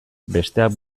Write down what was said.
besteak